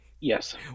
Yes